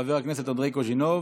חבר הכנסת אנדרי קוז'ינוב,